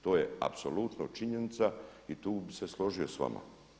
To je apsolutno činjenica i tu bih se složio s vama.